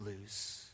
lose